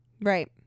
right